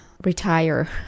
retire